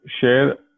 share